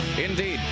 Indeed